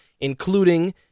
including